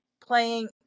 playing